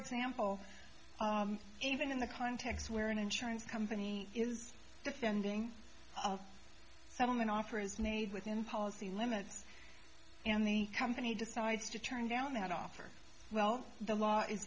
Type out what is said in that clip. example even in the context where an insurance company is defending a settlement offer is made within policy limits and the company decides to turn down that offer well the law is